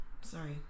Sorry